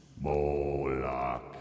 Moloch